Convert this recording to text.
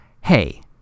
Hey